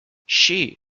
she